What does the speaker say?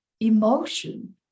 emotion